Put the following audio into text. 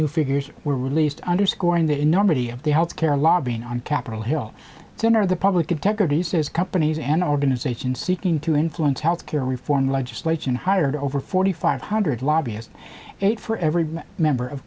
new figures were released underscoring the enormity of the health care lobbying on capitol hill center of the public integrity says companies and organizations seeking to influence health care reform legislation hired over forty five hundred lobbyists it for every member of